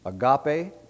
Agape